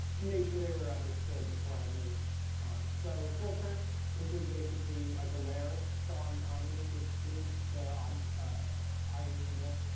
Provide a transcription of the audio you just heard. make sure they were understood before i moved on. so filter, this is basically like a where, so on on link to so link to um ienumerable,